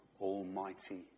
almighty